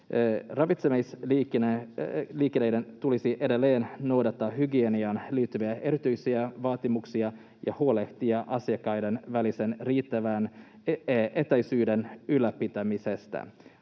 Ravitsemisliikkeiden tulisi edelleen noudattaa hygieniaan liittyviä erityisiä vaatimuksia ja huolehtia asiakkaiden välisen riittävän etäisyyden ylläpitämisestä.